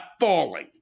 falling